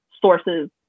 sources